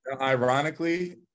Ironically